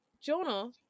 Jonah